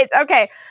Okay